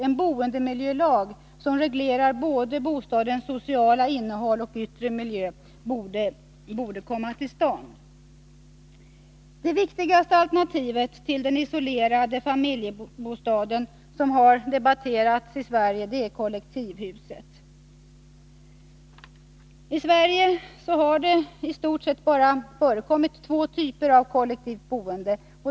En boendemiljölag som reglerar både bostadens sociala innehåll och dess yttre miljö borde komma till stånd. Det viktigaste alternativet till den isolerade familjebostaden som har debatterats i Sverige är kollektivhuset. I Sverige har det i stort sett bara förekommit två typer av kollektivt boende.